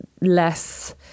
less